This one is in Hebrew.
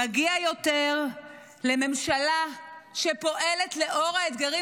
מגיע לו יותר ממשלה שפועלת לאור האתגרים